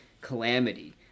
calamity